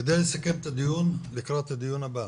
כדי לסכם את הדיון לקראת הדיון הבא,